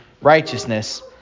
righteousness